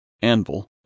anvil